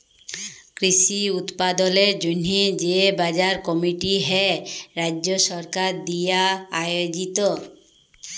কৃষি উৎপাদলের জন্হে যে বাজার কমিটি হ্যয় রাজ্য সরকার দিয়া আয়জিত